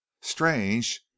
Strange